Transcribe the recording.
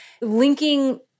linking